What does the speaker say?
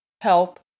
health